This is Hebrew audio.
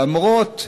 למרות,